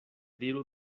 diru